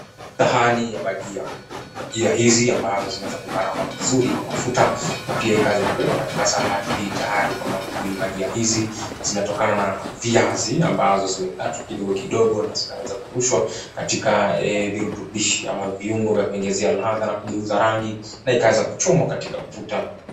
Sahani ya bajia. Bajia hizi ambazo zimeweza kukarangwa vizuri kwa mafuta na pia zikaweza kuwekwa katika sahani hii tayari kwa mankuli. Bajia hizi zinatokana na viazi ambazo zimekatwa kidogo kidogo na zikaweza kurushwa katika virutubishi ama viungo vya kuongezea ladha na kugeuza rangi na ikaweza kuchomwa katika mafuta.